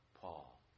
Paul